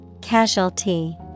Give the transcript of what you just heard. Casualty